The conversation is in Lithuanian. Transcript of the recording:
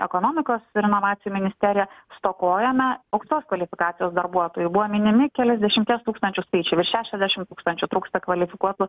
ekonomikos ir inovacijų ministerija stokojame aukštos kvalifikacijos darbuotojų buvo minimi keliasdešimties tūkstančių skaičiai šešiasdešimt tūkstančių trūksta kvalifikuotų